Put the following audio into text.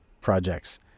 projects